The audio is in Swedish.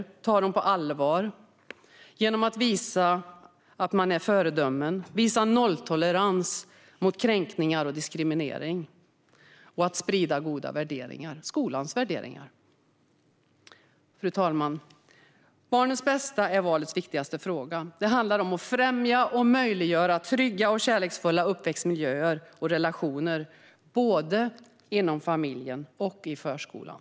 Vi ska ta dem på allvar och vara föredömen, visa nolltolerans mot kränkningar och diskriminering och sprida goda värderingar, skolans värderingar. Fru talman! Barnens bästa är valets viktigaste fråga. Det handlar om att främja och möjliggöra trygga och kärleksfulla uppväxtmiljöer och relationer både inom familjen och i förskolan.